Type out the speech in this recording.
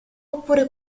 oppure